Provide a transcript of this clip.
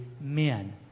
men